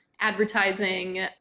advertising